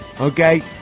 okay